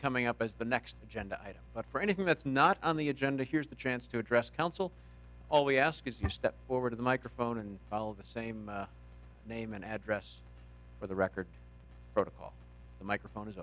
coming up as the next agenda item but for anything that's not on the agenda here's the chance to address council all we ask is you step over to the microphone and follow the same name and address for the record protocol the microphone is